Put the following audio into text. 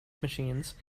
machines